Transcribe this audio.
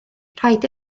rhaid